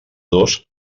dos